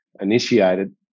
initiated